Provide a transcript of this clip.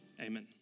Amen